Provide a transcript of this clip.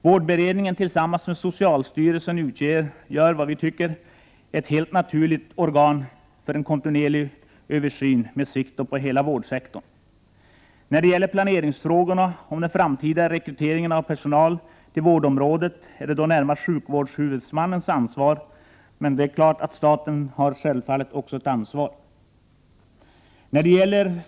Vårdberedningen tillsammans med socialstyrelsen utgör ett naturligt organ för en kontinuerlig översyn, med sikte på hela vårdsektorn. När det gäller planeringen av den framtida rekryteringen av personal till vårdområdet är det närmast en fråga för sjukvårdshuvudmannen, men staten har självfallet också ett ansvar.